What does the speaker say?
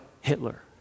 Hitler